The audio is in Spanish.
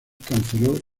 canceló